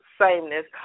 sameness